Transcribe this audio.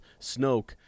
Snoke